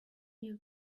you